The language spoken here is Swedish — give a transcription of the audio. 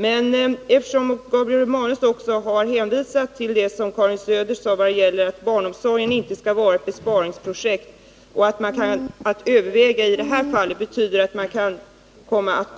Men eftersom Gabriel Romanus också har hänvisat till det som Karin Söder sade om att barnomsorgen inte skall vara ett besparingsobjekt och att ordet ”överväga” i det här fallet betyder att man kan komma att